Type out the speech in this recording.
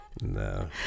No